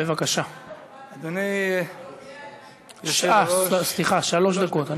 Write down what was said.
בבקשה, סליחה, שלוש דקות.